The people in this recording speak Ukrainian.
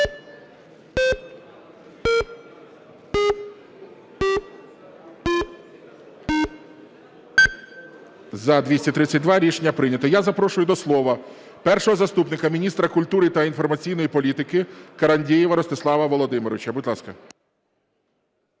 За-232 Рішення прийнято. Я запрошую до слова першого заступника міністра культури та інформаційної політики Карандєєва Ростислава Володимировича. Будь ласка.